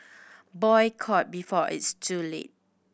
boycott before it's too late